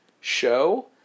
show